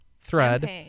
thread